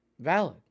Valid